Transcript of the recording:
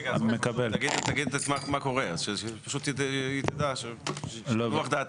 רגע, אז תגיד מה קורה, שהיא פשוט תדע שתנוח דעתה,